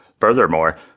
Furthermore